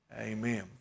Amen